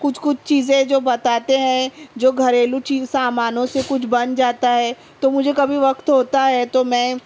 کچھ کچھ چیزیں جو بتاتے ہیں جو گھریلو چیز سامانوں سے کچھ بن جاتا ہے تو مجھے کبھی وقت ہوتا ہے تو میں